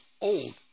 old